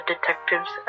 detectives